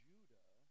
Judah